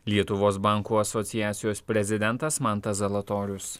lietuvos bankų asociacijos prezidentas mantas zalatorius